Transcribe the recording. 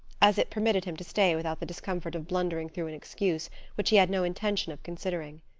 as it permitted him to stay without the discomfort of blundering through an excuse which he had no intention of considering.